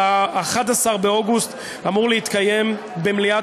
ב-11 באוגוסט אמור להתקיים במליאת